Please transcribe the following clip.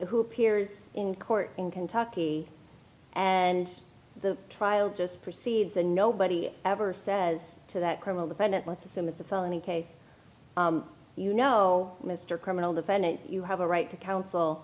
who appears in court in kentucky and the trial just proceed the nobody ever says to that criminal defendant let's assume that the felony case you know mr criminal defendant you have a right to counsel